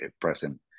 present